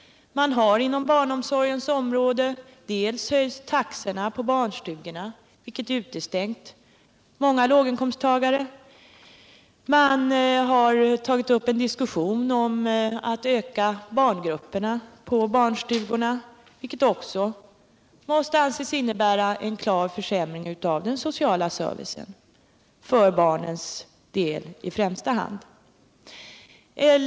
Man har inom barnomsorgen dels höjt taxorna på barnstugorna, vilket utestängt många låginkomsttagare, dels tagit upp en diskussion om att öka barngruppernas storlek på barnstugorna, vilket också måste anses innebära en klar försämring av den sociala servicen, i främsta hand för barnens del.